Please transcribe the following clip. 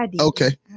okay